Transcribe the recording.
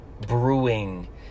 brewing